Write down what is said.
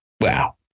Wow